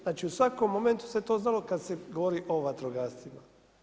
Znači u svakom momentu se to znalo, kad se govori o vatrogascima.